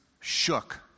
shook